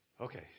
Okay